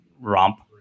romp